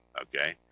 okay